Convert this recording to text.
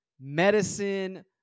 medicine